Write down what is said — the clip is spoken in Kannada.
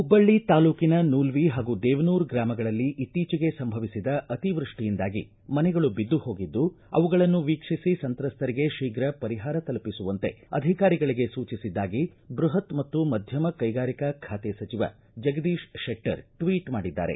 ಹುಬ್ಬಳ್ಳಿ ತಾಲೂಕಿನ ನೂಲ್ವಿ ಹಾಗೂ ದೇವನೂರ ಗ್ರಾಮಗಳಲ್ಲಿ ಇತ್ತೀಚೆಗೆ ಸಂಭವಿಸಿದ ಅತಿವೃಷ್ಟಿಯಿಂದಾಗಿ ಮನೆಗಳು ಬಿದ್ದು ಹೋಗಿದ್ದು ಅವುಗಳನ್ನು ವೀಕ್ಷಿಸಿ ಸಂತ್ರಸ್ತರಿಗೆ ಶೀಘ್ರ ಪರಿಹಾರ ತಲುಪಿಸುವಂತೆ ಅಧಿಕಾರಿಗಳಿಗೆ ಸೂಚಿಸಿದ್ದಾಗಿ ಬೃಹತ್ ಮತ್ತು ಮಧ್ಯಮ ಕೈಗಾರಿಕಾ ಖಾತೆ ಸಚಿವ ಜಗದೀಶ ಶೆಟ್ಟರ್ ಟ್ವೀಟ್ ಮಾಡಿದ್ದಾರೆ